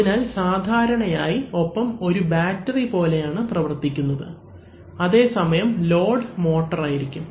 അതിനാൽ സാധാരണയായി ഒപ്പം ഒരു ബാറ്ററി പോലെയാണ് പ്രവർത്തിക്കുന്നത് അതേസമയം ലോഡ് മോട്ടർ ആയിരിക്കും